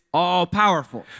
all-powerful